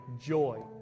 joy